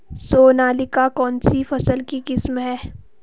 सोनालिका कौनसी फसल की किस्म है?